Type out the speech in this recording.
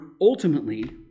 ultimately